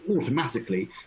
automatically